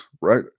right